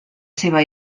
seva